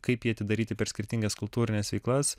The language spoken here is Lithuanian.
kaip jį atidaryti per skirtingas kultūrines veiklas